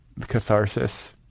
catharsis